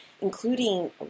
including